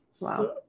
wow